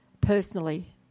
personally